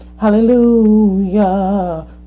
Hallelujah